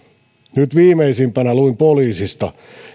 nyt viimeisimpänä luin poliisista